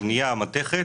הבנייה והמתכת,